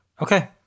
Okay